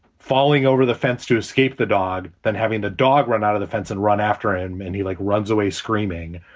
falling over the fence to escape the dog, then having the dog run out of the fence and run after him and he like runs away screaming.